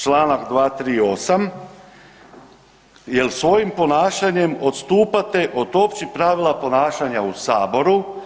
Čl. 238 jer svojim ponašanjem odstupate od općih pravila ponašanja u Saboru.